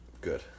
Good